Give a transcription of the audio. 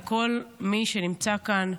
לכל מי שנמצא כאן,